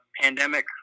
pandemic